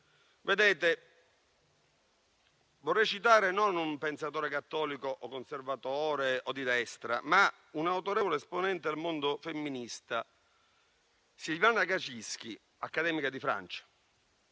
finale. Vorrei citare non un pensatore cattolico, conservatore o di destra, ma un autorevole esponente del mondo femminista. Sylviane Agacinski, accademica di Francia,